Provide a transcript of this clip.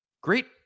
great